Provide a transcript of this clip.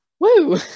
Woo